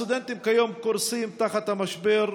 הסטודנטים כיום קורסים תחת המשבר,